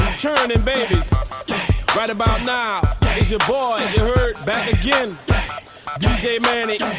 chil'ren and babies right about now it's yo boy, ya heard back again d j mannie